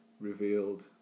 revealed